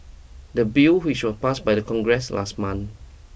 the bill which was passed by Congress last month